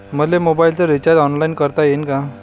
मले मोबाईलच recharge online करता येईन का?